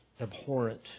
abhorrent